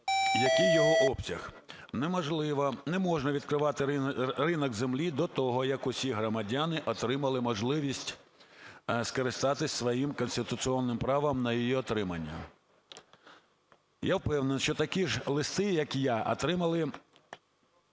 який його обсяг. Не можна відкривати ринок землі до того, як усі громадяни отримали можливість скористатись своїм конституційним правом на її отримання. Я впевнений, що такі ж листи, як я, отримали